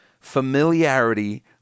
Familiarity